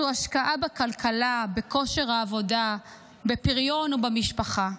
זו השקעה בכלכלה, בכושר העבודה בפריון ובמשפחה.